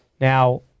Now